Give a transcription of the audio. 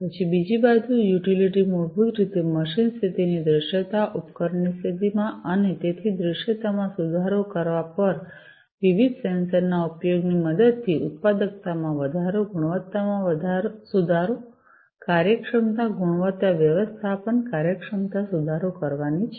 પછી બીજી યુટિલિટી મૂળભૂત રીતે મશીન સ્થિતિની દૃશ્યતા ઉપકરણની સ્થિતિમાં અને તેથી દૃશ્યતામાં સુધારો કરવા પર વિવિધ સેન્સરના ઉપયોગની મદદથી ઉત્પાદકતામાં વધારો ગુણવત્તામાં સુધારો કાર્યક્ષમતા ગુણવત્તા વ્યવસ્થાપન કાર્યક્ષમતા સુધારો કરવાની છે